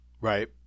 Right